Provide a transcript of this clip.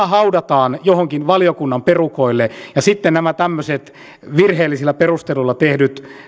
haudataan johonkin valiokunnan perukoille ja sitten nämä tämmöiset virheellisillä perusteluilla tehdyt